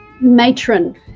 Matron